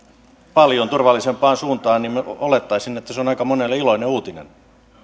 paljon turvallisempaan suuntaan niin minä olettaisin että se on aika monelle iloinen uutinen